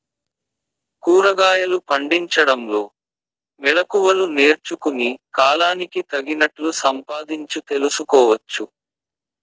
కూరగాయలు పండించడంలో మెళకువలు నేర్చుకుని, కాలానికి తగినట్లు సంపాదించు తెలుసుకోవచ్చు